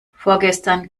vorgestern